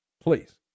Please